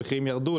מחירים ירדו,